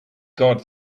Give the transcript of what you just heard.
god